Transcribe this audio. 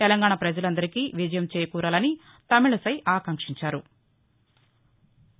తెలంగాణ ప్రజలందరికీ విజయం చేకూరాలని తమిళిసై ఆకాంక్షించారు